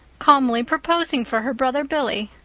calmly proposing for her brother billy.